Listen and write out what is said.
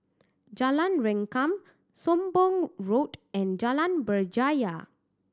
Jalan Rengkam Sembong Road and Jalan Berjaya